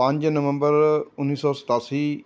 ਪੰਜ ਨਵੰਬਰ ਉੱਨੀ ਸੌ ਸਤਾਸੀ